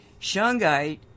Shungite